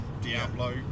Diablo